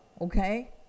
Okay